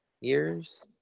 years